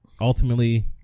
ultimately